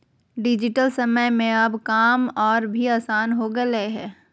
digital समय में अब काम और भी आसान हो गेलय हें